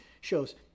shows